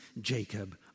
Jacob